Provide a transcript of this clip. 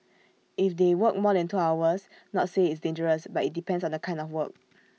if they work more than two hours not say it's dangerous but IT depends on the kind of work